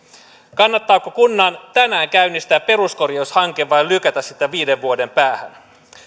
kannattaako kunnan tänään käynnistää peruskorjaushanke vai lykätä sitä viiden vuoden päähän